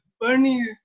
Bernie